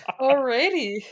Alrighty